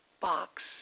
box